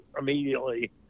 immediately